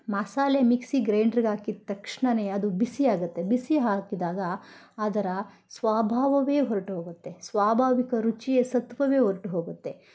ಮಸಾಲೆ ಮಿಕ್ಸಿ ಗ್ರೈಂಡ್ರ್ಗೆ ಹಾಕಿದ್ ತಕ್ಷಣ ಅದು ಬಿಸಿ ಆಗುತ್ತೆ ಬಿಸಿ ಹಾಕಿದಾಗ ಅದರ ಸ್ವಾಭಾವವೇ ಹೊರಟೋಗತ್ತೆ ಸ್ವಾಭಾವಿಕ ರುಚಿಯ ಸತ್ವವೇ ಹೊರ್ಟು ಹೋಗುತ್ತೆ